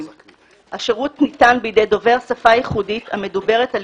השירות ניתן בידי דובר שפה ייחודית המדוברת על